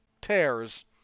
tears